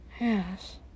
Yes